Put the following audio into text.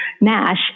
NASH